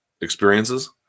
experiences